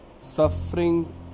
suffering